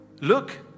Look